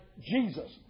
Jesus